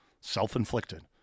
self-inflicted